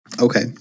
Okay